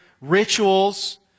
rituals